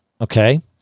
Okay